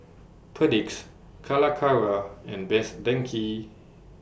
Perdix Calacara and Best Denki